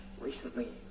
Recently